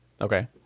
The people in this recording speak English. okay